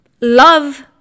love